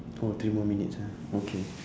oh three more minutes ah okay